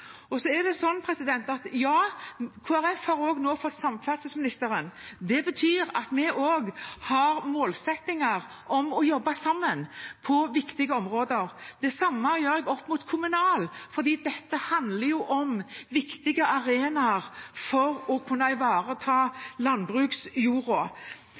har nå også fått samferdselsministeren. Det betyr at vi også har målsettinger om å jobbe sammen på viktige områder. Det samme gjør jeg opp mot kommunalministeren, fordi dette handler om viktige arenaer for å kunne